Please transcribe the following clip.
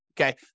okay